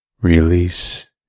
Release